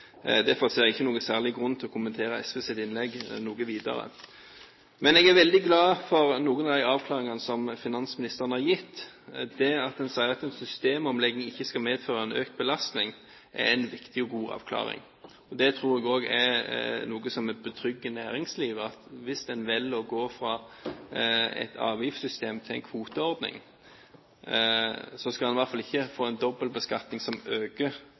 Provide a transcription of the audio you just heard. Derfor ser jeg ingen særlig grunn til å kommentere SVs innlegg noe videre. Jeg er imidlertid veldig glad for noen av de avklaringene som finansministeren har gitt. Det at en sier at en systemomlegging ikke skal medføre en økt belastning, er en viktig og god avklaring. Det tror jeg også er noe som betrygger næringslivet: Hvis en velger å gå fra et avgiftssystem til en kvoteordning, så skal en i hvert fall ikke få en dobbel beskatning som øker